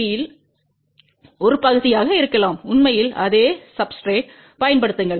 பியின் ஒரு பகுதியாக இருக்கலாம் உண்மையில் அதே சப்ஸ்டிரேட் பயன்படுத்துங்கள்